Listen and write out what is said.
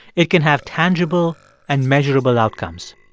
it can have tangible and measurable outcomes.